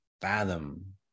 fathom